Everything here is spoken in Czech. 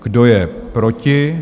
Kdo je proti?